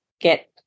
get